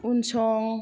उनसं